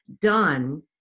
done